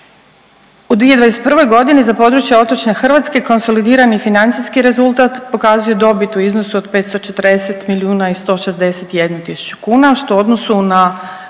U 2021. godini za područja otočne Hrvatske konsolidirani financijski rezultat pokazuje dobit u iznosu od 540 milijuna i 161 tisuću kuna što u odnosu na